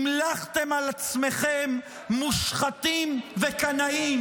המלכתם על עצמכם מושחתים וקנאים.